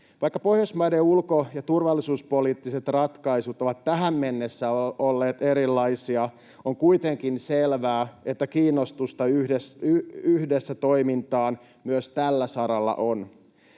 Vaikka Pohjoismaiden ulko- ja turvallisuuspoliittiset ratkaisut ovat tähän mennessä olleet erilaisia, on kuitenkin selvää, että kiinnostusta yhdessä toimimiseen myös tällä saralla on.